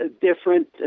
different